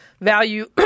value